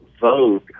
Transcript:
vogue